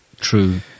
true